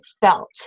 felt